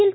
L